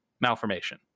malformation